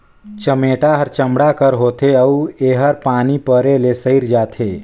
चमेटा हर चमड़ा कर होथे अउ एहर पानी परे ले सइर जाथे